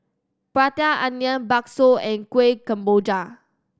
Prata Onion bakso and Kueh Kemboja